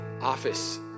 office